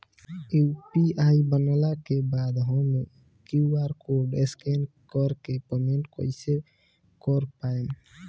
UPI बनला के बाद हम क्यू.आर कोड स्कैन कर के पेमेंट कइसे कर पाएम?